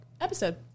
episode